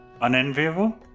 Unenviable